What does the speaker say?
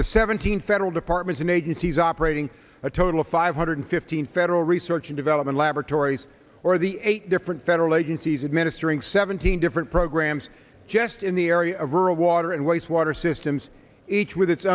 the seventeen federal departments and agencies operating a total of five hundred fifteen federal research and development laboratories or the eight different federal agencies administering seventeen different programs just in the area rural water and waste water systems each with its